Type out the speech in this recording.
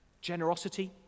Generosity